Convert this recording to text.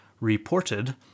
reported